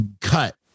cut